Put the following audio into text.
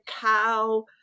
cow